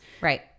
right